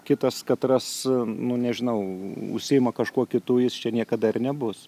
kitas katras nu nežinau užsiima kažkuo kitu jis čia niekada ir nebus